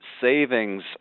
savings